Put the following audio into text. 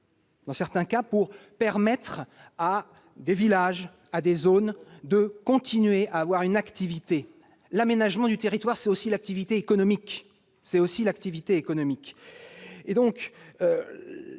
dans certains cas, pour permettre à des villages, à des zones de continuer à avoir une activité. L'aménagement du territoire, c'est aussi l'activité économique. Même si la présidente